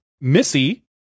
missy